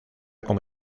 como